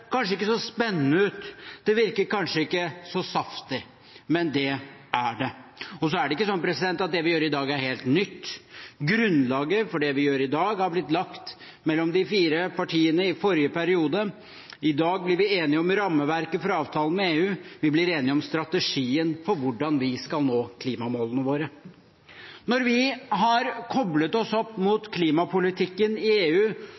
kanskje ikke så spennende ut, det virker kanskje ikke så saftig, men det er det. Det er ikke sånn at det vi gjør i dag, er helt nytt. Grunnlaget for det vi gjør i dag, har blitt lagt mellom de fire samarbeidspartiene i forrige periode. I dag blir vi enige om rammeverket for avtalen med EU, vi blir enige om strategien for hvordan vi skal nå klimamålene våre. Når vi har koblet oss opp mot klimapolitikken i EU,